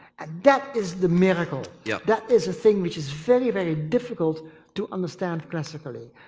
and that is the miracle. yeah that is a thing which is very very difficult to understand classically.